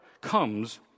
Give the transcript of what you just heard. comes